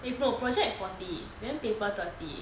if no project forty then paper thirty